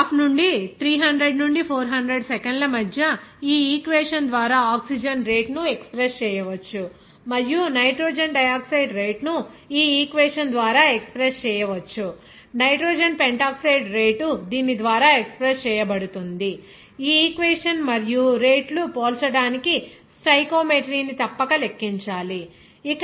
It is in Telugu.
కాబట్టి గ్రాఫ్ నుండి 300 నుండి 400 సెకన్ల మధ్య ఈ ఈక్వేషన్ ద్వారా ఆక్సిజన్ రేటును ఎక్స్ప్రెస్ చేయవచ్చు మరియు నైట్రోజన్ డయాక్సైడ్ రేటు ను ఈ ఈక్వేషన్ ద్వారా ఎక్స్ప్రెస్ చేయవచ్చు నైట్రోజన్ పెంటాక్సైడ్ రేటు దీని ద్వారా ఎక్స్ప్రెస్ చేయబడుతుంది ఈక్వేషన్ మరియు రేట్లు పోల్చడానికి స్టైకోమెట్రీ ని తప్పక లెక్కించాలి